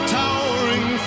towering